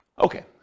okay